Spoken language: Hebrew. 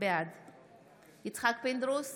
בעד יצחק פינדרוס,